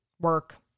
work